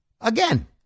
Again